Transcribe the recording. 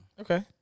Okay